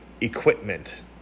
equipment